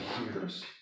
years